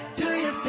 do your